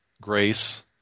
grace